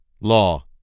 Law